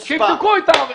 שיבדקו.